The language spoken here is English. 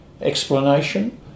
explanation